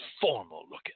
formal-looking